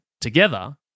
together